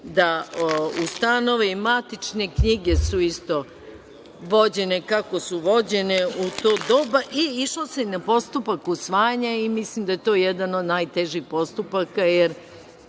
da ustanovi. Matične knjige su isto vođene kako su vođene u to doba i išlo se na postupak usvajanja i mislim da je to jedan od najtežih postupaka, jer